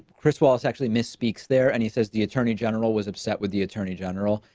chris wallace actually misspeaks there and he says the attorney general was upset with the attorney general.